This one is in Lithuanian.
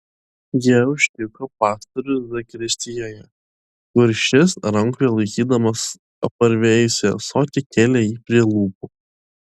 jie užtiko pastorių zakristijoje kur šis rankoje laikydamas apvarvėjusį ąsotį kėlė jį prie lūpų